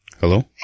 Hello